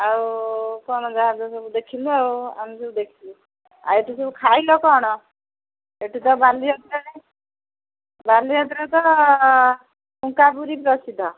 ଆଉ କ'ଣ ଯାହାଜ ସବୁ ଦେଖିଲୁ ଆଉ ଆମେ ସବୁ ଦେଖିଲୁ ଆଉ ଏଠୁ ସବୁ ଖାଇଲ କ'ଣ ଏଠୁ ତ ବାଲିଯାତ୍ରାରେ ବାଲିଯାତ୍ରା ଠୁଙ୍କାପୁରୀ ପ୍ରସିଦ୍ଧ